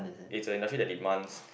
it's an industry that demands